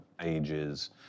ages